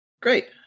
Great